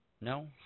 No